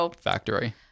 Factory